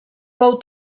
fou